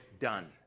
done